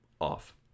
off